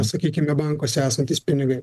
sakykime bankuose esantys pinigai